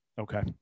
Okay